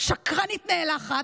שקרנית נאלחת,